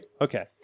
Okay